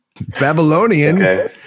Babylonian